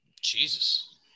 Jesus